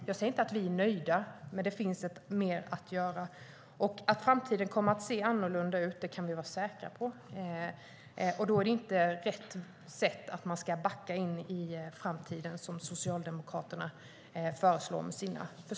Jag säger inte att vi är nöjda, och det finns mer att göra. Att framtiden kommer att se annorlunda ut kan vi vara säkra på. Det är inte rätt sätt att backa in i framtiden, som Socialdemokraterna föreslår.